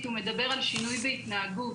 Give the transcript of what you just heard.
הוא מדבר על שינוי בהתנהגות.